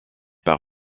par